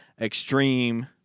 extreme